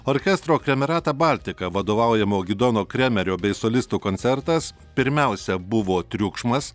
orkestro kremerata baltica vadovaujamo gidono kremerio bei solistų koncertas pirmiausia buvo triukšmas